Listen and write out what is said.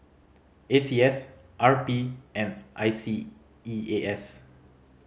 A C S R P and I S E A S